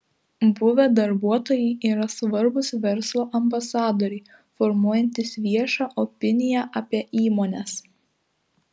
buvę darbuotojai yra svarbūs verslo ambasadoriai formuojantys viešą opiniją apie įmones